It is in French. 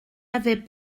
avait